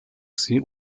sie